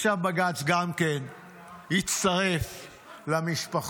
עכשיו בג"ץ גם כן הצטרף למשפחות,